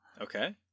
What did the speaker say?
Okay